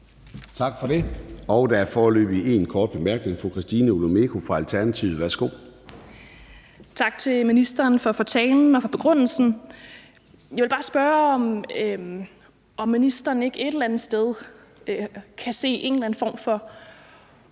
Tak for det. Der er foreløbig en kort bemærkning fra fru Christina Olumeko fra Alternativet. Værsgo. Kl. 18:58 Christina Olumeko (ALT): Tak til ministeren for talen og for begrundelsen. Jeg vil bare spørge, om ministeren ikke et eller andet sted kan se en eller anden form for